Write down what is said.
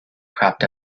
cropped